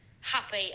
happy